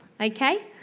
Okay